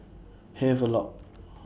Havelock